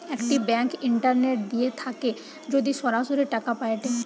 একটি bank internet দিয়ে থাকে যদি সরাসরি টাকা পায়েটে